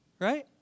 Right